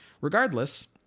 Regardless